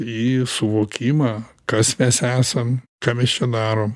į suvokimą kas mes esam ką mes čia darom